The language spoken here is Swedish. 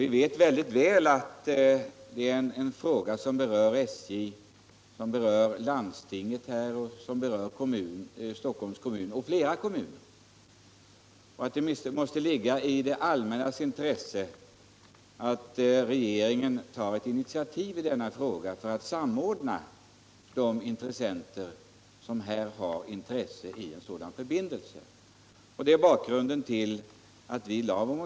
Vi vet väl att det är en fråga som även berör SJ, som berör landstinget och som berör Stockholms kommun och flera andra kommuner, liksom att det måste ligga i det allmännas intresse att regeringen tar ett initiativ i denna fråga för att samordna de intressenter som vill ha en sådan förbindelse.